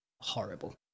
horrible